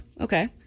Okay